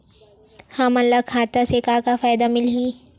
हमन ला खाता से का का फ़ायदा मिलही?